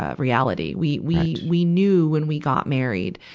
ah reality. we, we, we knew when we got married,